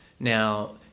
Now